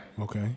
Okay